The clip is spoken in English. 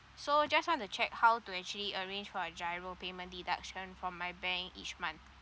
so just want to check how to actually arrange for a giro payment deduction from my bank each month